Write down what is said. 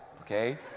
Okay